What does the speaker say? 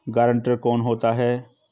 Guarantor कौन होता है?